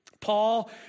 Paul